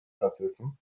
процессом